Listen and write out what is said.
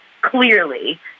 clearly